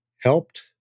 helped